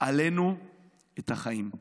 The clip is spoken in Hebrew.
עלינו את החיים.